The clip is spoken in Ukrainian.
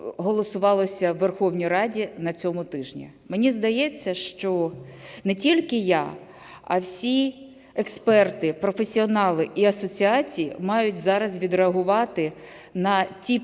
голосувалося у Верховній Раді на цьому тижні. Мені здається, що не тільки я, а всі експерти, професіонали і асоціації мають зараз відреагувати на ті